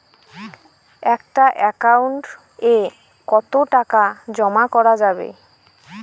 একটা একাউন্ট এ কতো টাকা জমা করা যাবে?